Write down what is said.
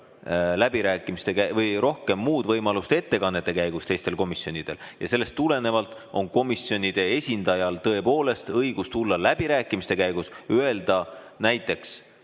siis meil ei ole rohkem muud võimalust ettekannete käigus teistel komisjonidel. Sellest tulenevalt on komisjonide esindajal tõepoolest õigus tulla läbirääkimiste käigus ja öelda näiteks